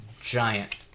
giant